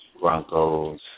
Broncos